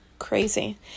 crazy